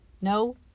No